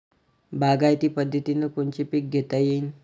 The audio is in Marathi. बागायती पद्धतीनं कोनचे पीक घेता येईन?